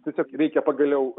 tiesiog reikia pagaliau